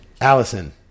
Allison